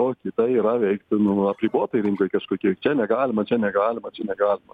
o kita yra veikti nu apribotoj rinkoj kažkokioj čia negalima čia negalima čia negalima